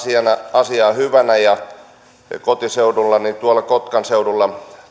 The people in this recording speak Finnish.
asiaa hyvänä ja kotiseudullani kotkan seudulla